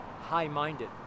high-minded